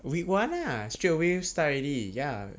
week one lah straightaway start already ya